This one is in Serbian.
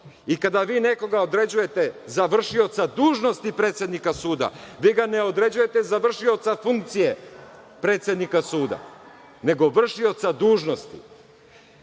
Kada vi nekoga određujete za vršioca dužnosti predsednika suda, vi ga ne određujete za vršioca funkcije predsednika suda, nego vršioca dužnosti. Imamo